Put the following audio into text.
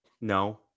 No